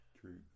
true